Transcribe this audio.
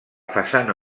façana